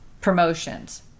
promotions